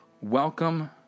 welcome